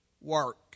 work